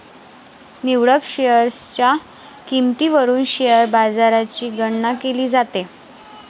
निवडक शेअर्सच्या किंमतीवरून शेअर बाजाराची गणना केली जाते